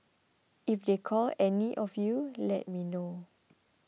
if they call any of you let me know